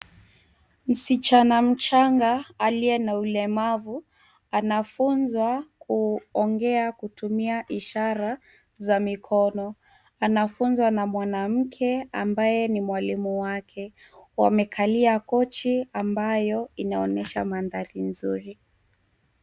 Msichana mchanga aliye na ulemavu anafunzwa kuongea kutumia ishara za mikono. Anafunzwa na mwanamke ambaye ni mwalimu wake. Wamekalia kochi ambayo inaonyesha mandhari mzuri.